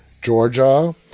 Georgia